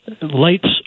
lights